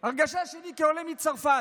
כעולה מצרפת.